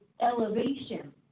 elevation